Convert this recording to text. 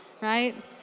right